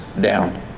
down